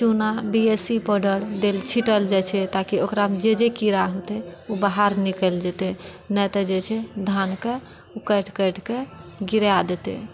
चूना B S E powder देल छिटल जाइत छै ताकि ओकरामऽ जे जे कीड़ा होतय ओ बाहर निकलि जेतय नहि तऽ जे छै धानकऽ ओ काटि काटिकऽ गिरै दतय